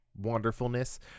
wonderfulness